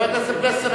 חבר הכנסת פלסנר,